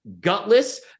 gutless